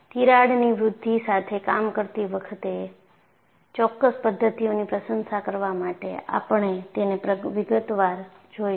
તિરાડની વૃદ્ધિ સાથે કામ કરતી ચોક્કસ પદ્ધતિઓની પ્રશંસા કરવા માટે આપણે તેને વિગતવાર જોઈશું